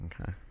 Okay